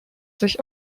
sich